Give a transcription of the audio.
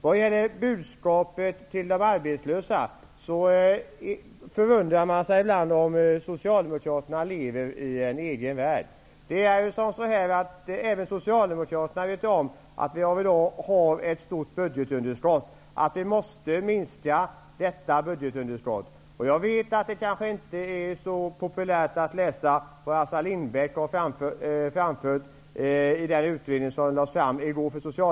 Vad gäller budskapet till de arbetslösa undrar man ibland om socialdemokraterna lever i en egen värld. Även socialdemokraterna vet om att vi i dag har ett stort budgetunderskott och att vi måste minska det underskottet. Jag vet att det kanske inte är så populärt för socialdemokraterna att läsa vad Assar Lindbeck har framfört i den utredning som lades fram i går.